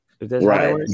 Right